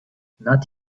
not